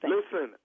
Listen